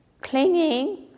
Clinging